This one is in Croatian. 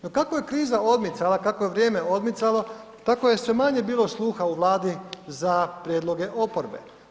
No kako je kriza odmicala, kako je vrijeme odmicalo tako je sve manje bilo sluha u Vladi za prijedloge oporbe.